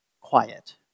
quiet